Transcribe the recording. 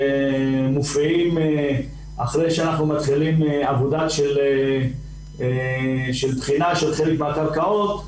חלקם מופיעים אחרי שאנחנו מתחילים עבודה של בחינה של חלק מהקרקעות,